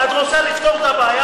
את רוצה לפתור את הבעיה?